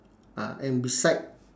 ah and beside